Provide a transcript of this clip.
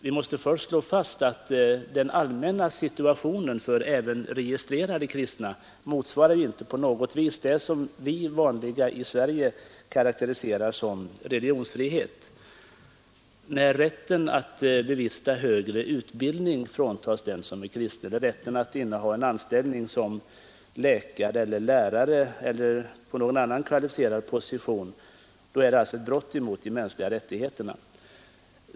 Vi måste först slå fast att den allmänna situationen för även registrerade kristna inte på något vis motsvarar vad vi i Sverige karakteriserar som religionsfrihet. När rätten att få del av högre utbildning eller rätten att inneha anställning som läkare eller lärare eller någon annan kvalificerad position fråntas den som är kristen, är det alltså ett brott mot de mänskliga rättigheterna.